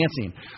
dancing